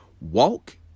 Walk